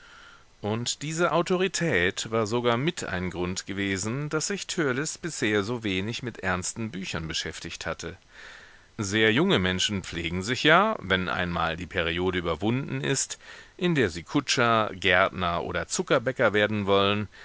und diese autorität war sogar mit ein grund gewesen daß sich törleß bisher so wenig mit ernsten büchern beschäftigt hatte sehr junge menschen pflegen sich ja wenn einmal die periode überwunden ist in der sie kutscher gärtner oder zuckerbäcker werden wollten